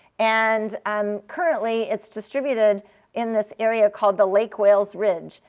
and and currently it's distributed in this area called the lake wales ridge.